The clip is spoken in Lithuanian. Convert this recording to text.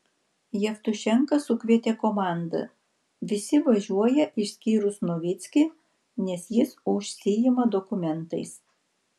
jevtušenka sukvietė komandą visi važiuoja išskyrus novickį nes jis užsiima dokumentais